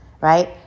right